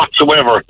whatsoever